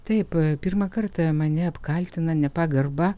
taip pirmą kartą mane apkaltina nepagarba